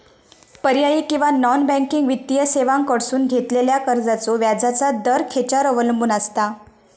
पर्यायी किंवा non banking वित्तीय सेवांकडसून घेतलेल्या कर्जाचो व्याजाचा दर खेच्यार अवलंबून आसता?